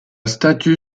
statue